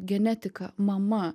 genetika mama